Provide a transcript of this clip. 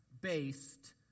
based